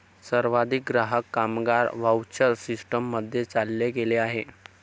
सर्वाधिक ग्राहक, कामगार व्हाउचर सिस्टीम मध्ये चालले गेले आहे